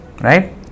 right